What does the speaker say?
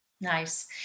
Nice